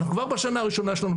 כבר בשנה הראשונה שלנו,